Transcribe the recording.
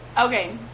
Okay